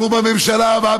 בממשלה הבאה,